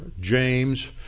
James